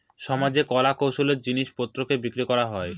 সমাজে কলা কৌশলের জিনিস পত্রকে বিক্রি করা হয়